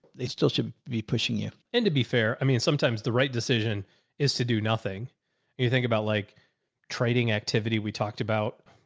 they still should be pushing you. and to be fair, i mean, sometimes the right decision is to do nothing. and you think about like trading activity, we talked about,